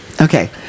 Okay